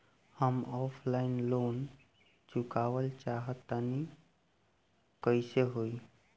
हम offline loan चुकावल चाहऽ तनि कइसे होई?